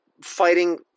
fighting